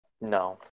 No